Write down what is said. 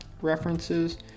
references